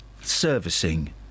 servicing